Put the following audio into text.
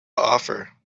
offer